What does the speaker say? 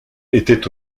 était